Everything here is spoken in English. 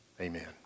amen